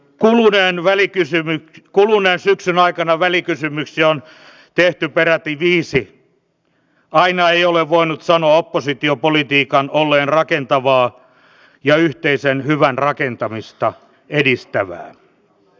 ja kuten valtiovarainvaliokunnan mietinnössäkin on todettu on perusteettomasti turvapaikkaa hakeneiden henkilöiden määrää kenties mahdollista hillitä lisäämällä kohderyhmälle suunnattua tiedotusta maamme oloista ja turvapaikan saamisen edellytyksistä